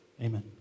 Amen